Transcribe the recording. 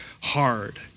hard